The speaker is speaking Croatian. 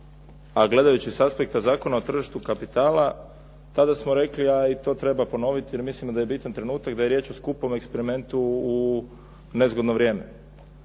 a gledajući sa aspekta Zakona o tržištu kapitala tada smo rekli, a i to treba ponoviti jer mislimo da je bitan trenutan da je riječ o skupom instrumentu u nezgodno vrijeme.